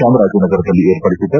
ಚಾಮರಾಜನಗರದಲ್ಲಿ ಏರ್ಪಡಿಸಿದ್ದ